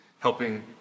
helping